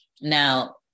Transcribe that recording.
Now